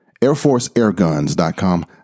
Airforceairguns.com